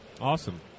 Awesome